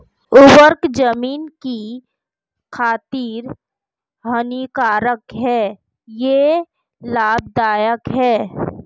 उर्वरक ज़मीन की खातिर हानिकारक है या लाभदायक है?